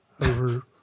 over